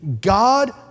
God